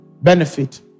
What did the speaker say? benefit